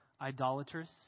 idolatrous